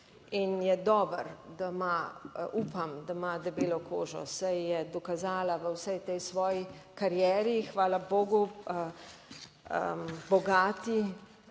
In je dobro, da ima, upam, da ima debelo kožo, saj je dokazala v vsej tej svoji karieri, hvala bogu bogati,